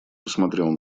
посмотрел